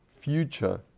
future